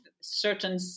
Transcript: certain